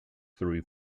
through